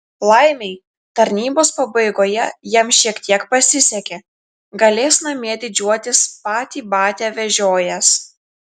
laimei tarnybos pabaigoje jam šiek tiek pasisekė galės namie didžiuotis patį batią vežiojęs